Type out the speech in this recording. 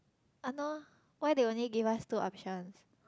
[ah nor] why they only give us two options